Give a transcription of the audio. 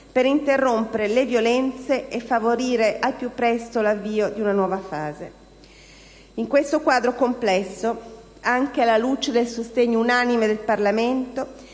per interrompere le violenze e favorire al più presto l'avvio di una nuova fase. In questo quadro complesso, anche alla luce del sostegno unanime del Parlamento,